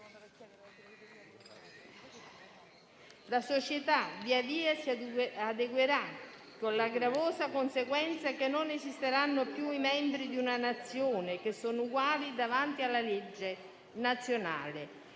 La società via via si adeguerà, con la gravosa conseguenza che non esisteranno più i membri di una Nazione che sono uguali davanti alla legge nazionale